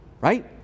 right